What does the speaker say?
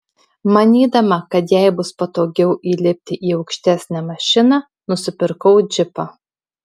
manydama kad jai bus patogiau įlipti į aukštesnę mašiną nusipirkau džipą